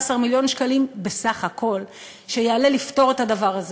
13 מיליון שקלים בסך הכול שיעלה לפתור את הדבר הזה.